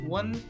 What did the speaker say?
one